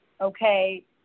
okay